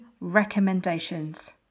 recommendations